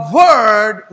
word